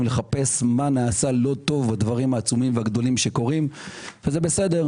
לחפש מה נעשה לא טוב מהדברים העצומים שקורים וזה בסדר.